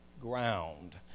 ground